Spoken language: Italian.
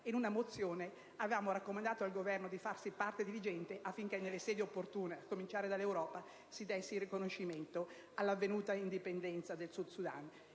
in una mozione con cui avevamo raccomandato al Governo di farsi parte diligente affinché, nelle sedi opportune, a cominciare dall'Europa, si desse il riconoscimento dell'avvenuta indipendenza del Sud Sudan.